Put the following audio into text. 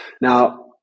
Now